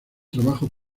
trabajo